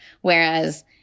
Whereas